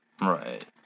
Right